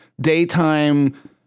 daytime